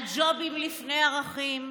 על ג'ובים לפני ערכים,